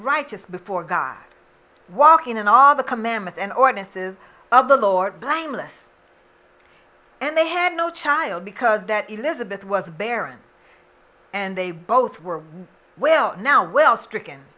righteous before guy walking and all the commandments and ordinances of the lord blameless and they had no child because that elizabeth was barren and they both were well now well stricken